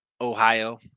Ohio